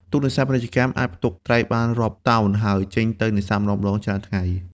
ទូកនេសាទពាណិជ្ជកម្ម អាចផ្ទុកត្រីបានរាប់តោន ហើយចេញទៅនេសាទម្តងៗបានច្រើនថ្ងៃ។